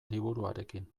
liburuarekin